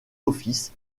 office